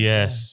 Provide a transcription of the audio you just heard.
Yes